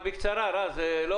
אבל בקצרה, אדוני.